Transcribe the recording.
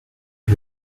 est